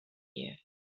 year